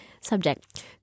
Subject